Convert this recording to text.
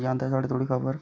पजांदे थुहाड़े धोड़ी खबर